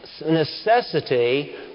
necessity